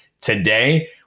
today